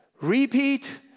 repeat